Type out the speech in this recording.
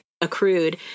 accrued